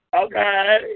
Okay